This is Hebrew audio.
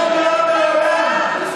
זה לא קרה מעולם.